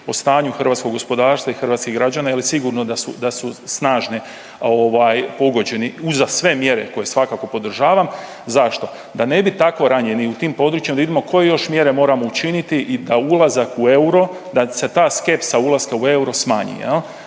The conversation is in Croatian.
o stanju hrvatskog gospodarstva i hrvatskih građana jer sigurno da su snažne ovaj, pogođeni, uza sve mjere koje svakako podržavam. Zašto? Da ne bi tako ranjeni u tim područjima, da vidimo koje još mjere moramo učiniti i da ulazak u euro, da se ta skepsa ulaska u euro smanji.